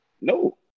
No